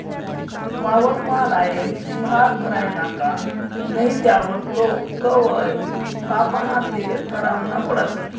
वावरमा लायेल भात भरायना का नही त्यावर तो कवय कापाना ते ठरावनं पडस